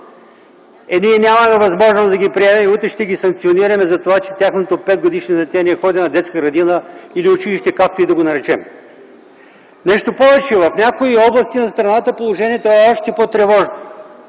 Е, ние нямаме възможност да ги приемем и утре ще ги санкционираме за това, че тяхното петгодишно дете не ходи на детска градина или училище, както и да го наречем. Нещо повече, в някои области на страната положението е още по-тревожно.